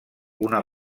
una